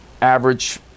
average